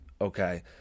Okay